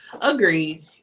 agreed